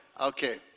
Okay